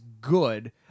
good